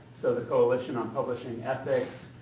so, the coalition on publishing ethics,